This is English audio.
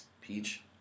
Peach